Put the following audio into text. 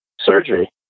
surgery